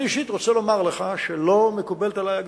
אני אישית רוצה לומר לך שלא מקובלת עלי הגישה,